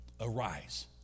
arise